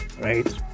right